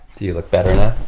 do you look better now?